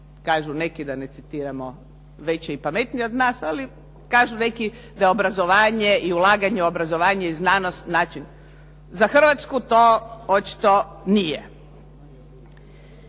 Kažu neki, da ne citiramo veće i pametnije od nas, ali kažu neki da je obrazovanje i ulaganje u obrazovanje i znanost način. Za Hrvatsku to očito nije.